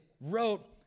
wrote